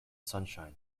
sunshine